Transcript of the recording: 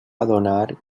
adonar